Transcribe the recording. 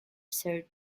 sir